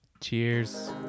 cheers